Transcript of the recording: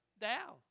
Down